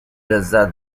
لذت